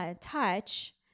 touch